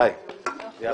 לגבי